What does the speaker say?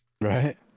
right